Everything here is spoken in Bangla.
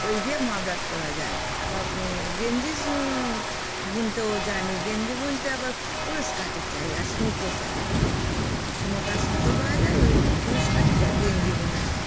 ওই দিয়ে মাফলার করা যায় আবার গেঞ্জি বুনতেও জানি গেঞ্জি বুনতে আবার কুরুশ কাঠি চাই আর সুতো চাই মোটা সুতো পাওয়া যায় ওই কুরুশ কাঠি দিয়ে গেঞ্জি বোনা যায়